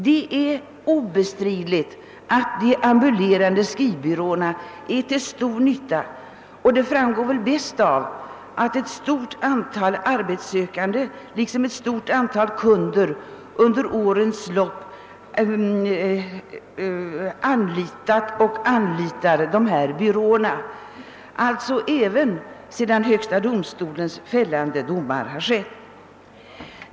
Det är obestridligt att de ambulerande skrivbyråerna är till stor nytta, och det framgår väl bäst av att ett stort antal arbetssökande liksom ett stort antal kunder under årens lopp anlitat och fortfarande anlitar dessa byråer, alltså även efter högsta domstolens fällande domar.